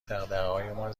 دغدغههایمان